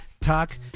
Talk